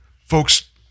Folks